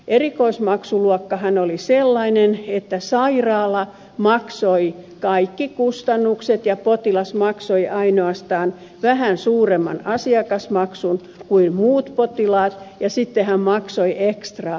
erikoismaksuluokkahan oli sellainen että sairaala maksoi kaikki kustannukset ja potilas maksoi ainoastaan vähän suuremman asiakasmaksun kuin muut potilaat ja sitten hän maksoi ekstraa lääkärille